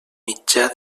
mitjà